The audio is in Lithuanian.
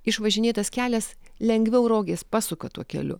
išvažinėtas kelias lengviau rogės pasuka tuo keliu